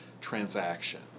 transaction